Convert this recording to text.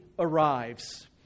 arrives